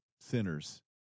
sinners